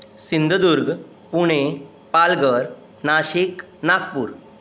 Sindhudurg Pune Palghar Nashik Nagpur